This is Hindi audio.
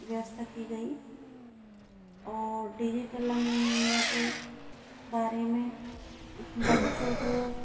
व्यवस्था की गई और डिजिटल लर्निंग के बारे में बच्चों को